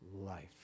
life